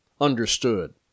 Understood